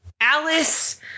Alice